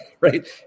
right